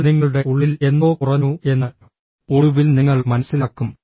എന്നാൽ നിങ്ങളുടെ ഉള്ളിൽ എന്തോ കുറഞ്ഞു എന്ന് ഒടുവിൽ നിങ്ങൾ മനസ്സിലാക്കും